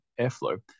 airflow